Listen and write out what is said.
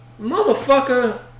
Motherfucker